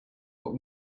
but